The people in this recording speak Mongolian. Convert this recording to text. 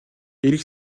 ирэх